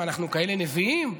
מה, אנחנו כאלה נביאים?